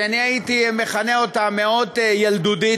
שאני הייתי מכנה אותה מאוד ילדותית,